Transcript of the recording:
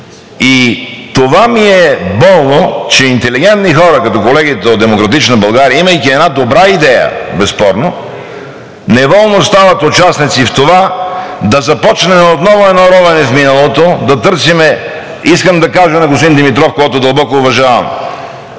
И затова ми е болно, че интелигентни хора, като колегите от „Демократична България“, имайки една добра идея, безспорно неволно стават участници в това да започнем едно ровене в миналото, да търсим... Искам да кажа на господин Димитров, когото дълбоко уважавам,